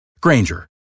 Granger